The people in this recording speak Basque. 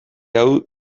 hau